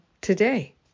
today